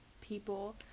people